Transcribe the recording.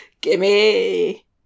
Gimme